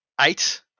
eight